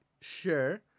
sure